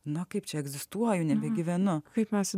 na kaip čia egzistuoju nebegyvenu kaip mes